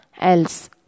else